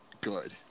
good